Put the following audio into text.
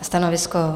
Stanovisko?